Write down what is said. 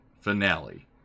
finale